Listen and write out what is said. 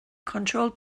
controlled